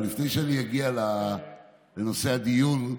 לפני שאני אגיע לנושא הדיון,